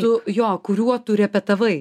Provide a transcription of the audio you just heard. tu jo kuriuo tu repetavai